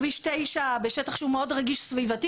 כביש 9 בשטח שהוא מאוד רגיש סביבתית,